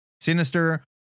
Sinister